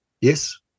Yes